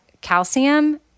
calcium